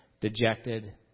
dejected